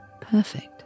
perfect